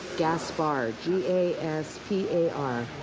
gaspar. g a s p a